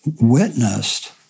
witnessed